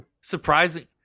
Surprising